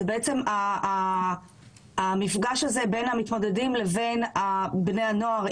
זה באמת המפגש הזה בין המתמודדים לבין בני הנוער,